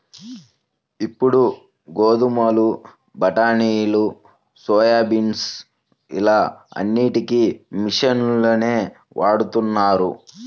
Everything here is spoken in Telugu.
ఇప్పుడు గోధుమలు, బఠానీలు, సోయాబీన్స్ ఇలా అన్నిటికీ మిషన్లనే వాడుతున్నారు